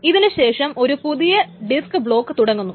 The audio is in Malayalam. ഇതിനു ശേഷം ഒരു പുതിയ ഡിസ്ക് ബ്ളോക്ക് തുടങ്ങുന്നു